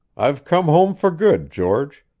i've come home for good, george.